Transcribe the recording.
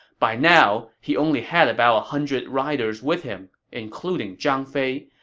by now, he only had about a hundred riders with him, including zhang fei.